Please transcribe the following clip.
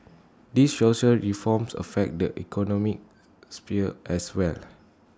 these social reforms affect the economic sphere as well